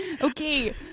okay